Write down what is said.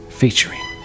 featuring